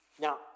Now